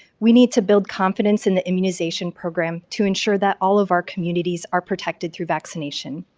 we need to build confidence in the immunization program to ensure that all of our communities are protected through vaccination.